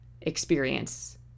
experience